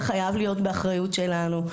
זה חייב להיות באחריות שלנו,